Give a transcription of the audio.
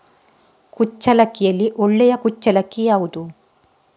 ಕುಚ್ಚಲಕ್ಕಿಯಲ್ಲಿ ಒಳ್ಳೆ ಕುಚ್ಚಲಕ್ಕಿ ಯಾವುದು?